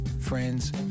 friends